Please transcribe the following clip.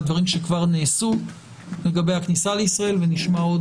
דברים שכבר נעשו לגבי הכניסה לישראל ונשמע עוד